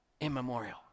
immemorial